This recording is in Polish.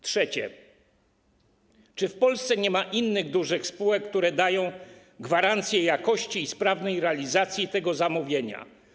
Trzecie pytanie: Czy w Polsce nie ma innych dużych spółek, które dają gwarancję jakości i sprawnej realizacji tego zamówienia?